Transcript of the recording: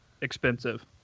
expensive